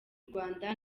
rwanda